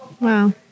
Wow